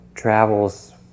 travels